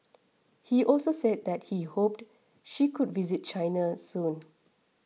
he also said that he hoped she could visit China soon